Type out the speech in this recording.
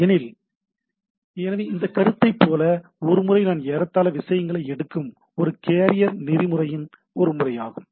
எனில் எனவே இந்த கருத்தைப் போல ஒரு முறை நான் ஏறத்தாழ விஷயங்களை எடுக்கும் ஒரு கேரியர் நெறிமுறையின் ஒரு முறை ஆகும்